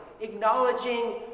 acknowledging